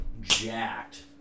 jacked